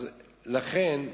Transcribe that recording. אז לכן,